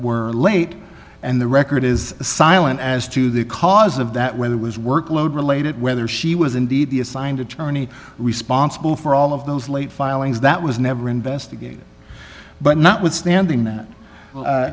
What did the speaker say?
late and the record is silent as to the cause of that whether was workload related whether she was indeed the assigned attorney responsible for all of those late filings that was never investigated but notwithstanding that